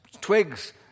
twigs